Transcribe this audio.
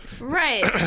Right